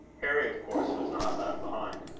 harry of course was not left behind.